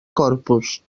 corpus